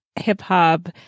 hip-hop